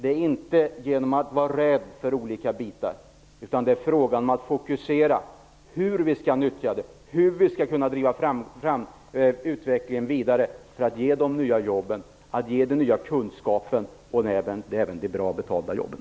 Det är inte genom att vara rädd för olika delar av detta utan genom att fokusera på hur vi skall nyttja det och hur vi skall kunna driva utvecklingen vidare för att få de nya jobben och den nya kunskapen som vi får de bra betalda jobben.